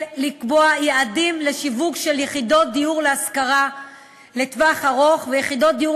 לקבוע יעדים לשיווק של יחידות דיור להשכרה לטווח ארוך ויחידות דיור